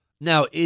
Now